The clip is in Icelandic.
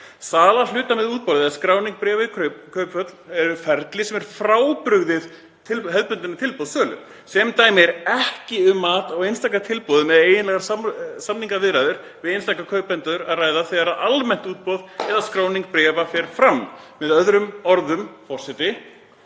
Sala hluta með útboði eða skráning bréfa í kauphöll er ferli sem er frábrugðið hefðbundinni tilboðssölu. Sem dæmi er ekki um mat á einstaka tilboðum eða eiginlegar samningaviðræður við einstaka kaupendur að ræða þegar almennt útboð eða skráning bréfa fer fram.“ Með öðrum orðum, forseti: